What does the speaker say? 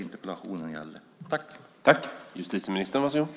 Det var det interpellationen gällde.